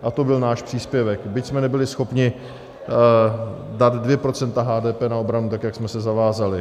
A to byl náš příspěvek, byť jsme nebyli schopni dát 2 procenta HDP na obranu, tak jak jsme se zavázali.